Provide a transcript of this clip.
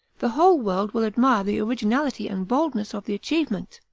the whole world will admire the originality and boldness of the achievement.